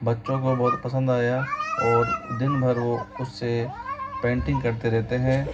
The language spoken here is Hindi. बच्चों को बहुत पसंद आया और दिन भर वह उससे पेंटिंग करते रहते हैं